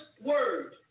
word